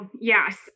yes